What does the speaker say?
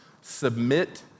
submit